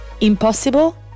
impossible